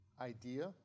idea